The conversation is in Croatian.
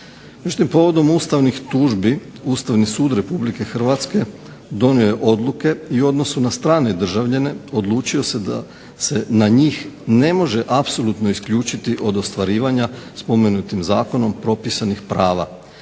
povodom ustavnih tužbi Ustavni sud Republike Hrvatske donio je odluke i u odnosu na strane državljane odlučio se da se na njih ne može apsolutno isključiti od ostvarivanja spomenutih zakonom propisanih prava